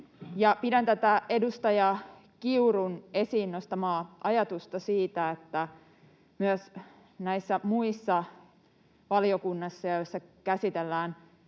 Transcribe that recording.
Pidän tätä edustaja Kiurun esiin nostamaa ajatusta siitä, että myös näissä muissa valiokunnissa kuin